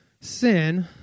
sin